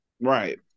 Right